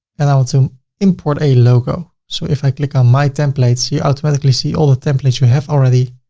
and i want to import a logo. so if i click on my templates, you automatically see all the templates you have already.